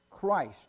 Christ